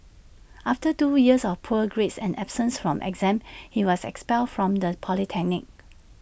after two years of poor grades and absence from exams he was expelled from the polytechnic